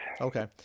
Okay